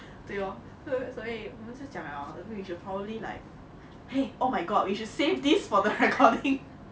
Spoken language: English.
对咯我们就讲了 we should probably like !hey! oh my god we should save this for the recording